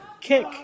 kick